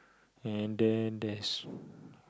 and then there's